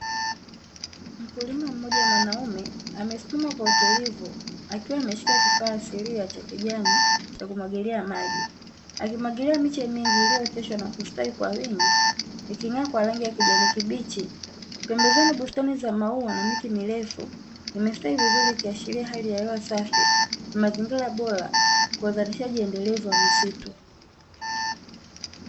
Mkulima mmoja mwanaume amesimama kwa utulivu ikiwa ameshika kifaa asilia cha kijani cha kumwagilia maji akimwagilia miche mingi iliyo oteshwa na kustawi kwa wingi, ikimea kwa rangi ya kijani kibichi, pembezoni bustani za maua na miti mirefu imestawi vizuri ikiashiria hali ya hewa safi mazingira bora kwa uzalishaji endelevu wa misitu.